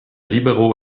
libero